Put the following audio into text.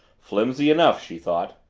flimsy enough! she thought.